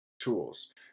tools